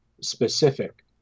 specific